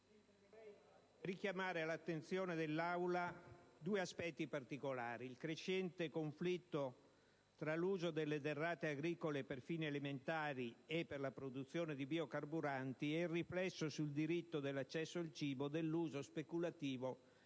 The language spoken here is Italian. richiamare l'attenzione dell'Aula in particolare su due aspetti. Il crescente conflitto tra l'uso delle derrate agricole per fini alimentari e per la produzione di biocarburanti e il riflesso sul diritto dell'accesso al cibo dell'uso speculativo